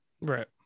right